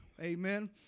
Amen